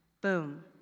Boom